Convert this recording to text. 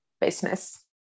business